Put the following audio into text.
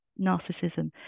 narcissism